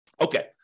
Okay